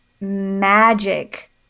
magic